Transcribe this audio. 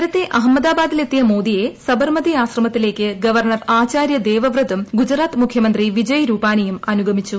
നേരത്തെ അഹമ്മദാബാദിലെത്തിയ മോദിയെ സബർമതി ആശ്രമത്തിലേയ്ക്ക് ഗവർണർ ആചാര്യ ദേവ്വ്രതും ഗുജറാത്ത് മുഖ്യമന്ത്രി വിജയ് രൂപാനിയും അനുഗമിച്ചു